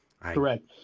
Correct